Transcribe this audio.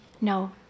No